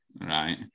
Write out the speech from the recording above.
Right